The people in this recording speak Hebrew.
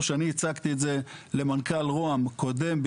זה התקציב של